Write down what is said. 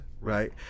right